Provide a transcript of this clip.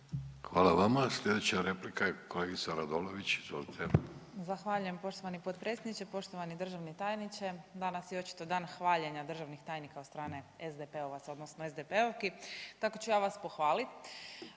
Hvala vama. Slijedeća replika je kolegica Radolović. Izvolite. **Radolović, Sanja (SDP)** Zahvaljujem poštovani potpredsjedniče. Poštovani državni tajniče danas je očito dan hvaljene državnog tajnika od strane SDP-ovaca odnosno SDP-ovki, tako ću ja vas pohvalit.